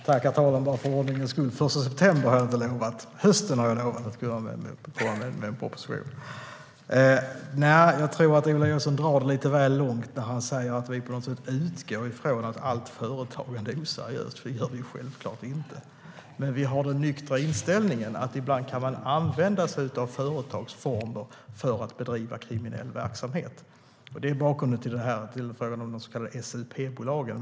Herr talman! För ordningens skull vill jag säga att jag inte har lovat att det blir den 1 september. Jag har lovat att det kommer en proposition under hösten. Jag tror att Ola Johansson drar det lite väl långt när han säger att vi på något sätt utgår från att allt företagande är oseriöst. Det gör vi självklart inte. Men vi har den nyktra inställningen att man ibland kan använda sig av företagsformer för att bedriva kriminell verksamhet. Det är bakgrunden till frågan om de så kallade SUP-bolagen.